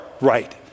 right